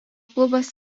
klubas